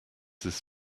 this